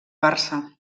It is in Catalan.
barça